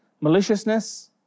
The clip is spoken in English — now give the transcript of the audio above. maliciousness